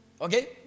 Okay